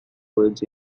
words